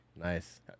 Nice